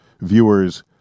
viewers